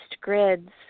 grids